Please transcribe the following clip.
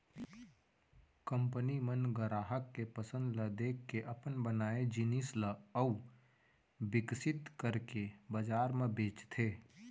company मन गराहक के पसंद ल देखके अपन बनाए जिनिस ल अउ बिकसित करके बजार म बेचथे